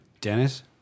Dennis